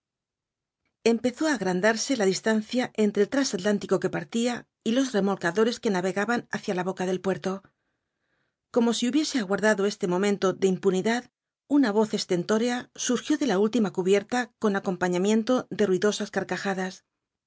empezó á agrandarse la distancia entre el trasatlántico que partía y los remolcadores que navegaban hacia la boca del puerto como si hubiese aguardado este momento de impunidad una voz estentórea surgió de la última cubierta con acompañamiento de ruidosas carcajadas